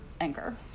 anger